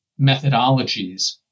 methodologies